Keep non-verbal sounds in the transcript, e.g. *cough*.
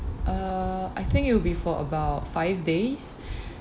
uh I think it will be for about five days *breath*